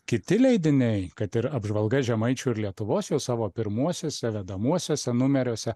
kiti leidiniai kad ir apžvalga žemaičių ir lietuvos jau savo pirmuosiuose vedamuosiuose numeriuose